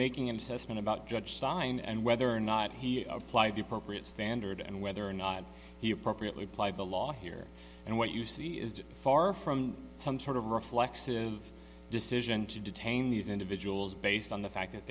making an assessment about judge sign and whether or not he applied the appropriate standard and whether or not he appropriately applied the law here and what you see is far from some sort of reflexive decision to detain these individuals based on the fact that